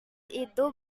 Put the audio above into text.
itu